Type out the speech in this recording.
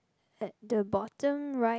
at the bottom right